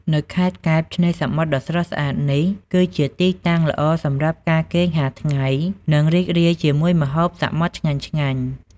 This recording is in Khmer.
នៅខេត្តកែប ឆ្នេរសមុទ្រដ៏ស្រស់ស្អាតនេះគឺជាទីតាំងល្អសម្រាប់ការគេងហាលថ្ងៃ និងរីករាយជាមួយម្ហូបសមុទ្រឆ្ងាញ់ៗ។